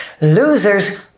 Losers